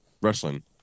wrestling